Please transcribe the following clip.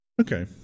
Okay